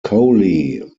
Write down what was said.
cowley